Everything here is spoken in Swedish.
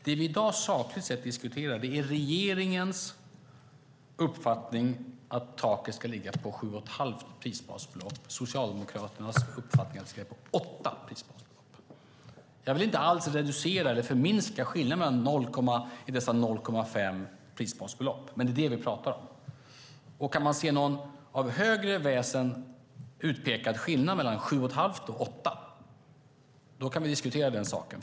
Det vi i dag sakligt sett diskuterar är regeringens uppfattning att taket ska ligga på sju och ett halvt prisbasbelopp och Socialdemokraternas uppfattning att det ska ligga på åtta prisbasbelopp. Jag vill inte alls reducera eller förminska skillnaden på 0,5 prisbasbelopp, men det är det vi pratar om. Kan man se någon av ett högre väsen utpekad skillnad mellan sju och ett halvt och åtta kan vi diskutera den saken.